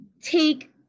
take